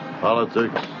politics